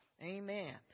amen